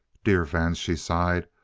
dear vance, she sighed,